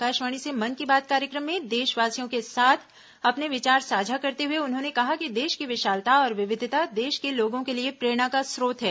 आकाशवाणी से मन की बात कार्यक्रम में देशवासियों के साथ अपने विचार साझा करते हुए उन्होंने कहा कि देश की विशालता और विविधता देश के लोगों के लिए प्रेरणा का च्रोत है